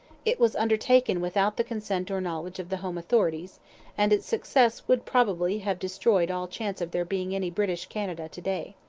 it was undertaken without the consent or knowledge of the home authorities and its success would probably have destroyed all chance of there being any british canada to-day.